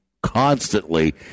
constantly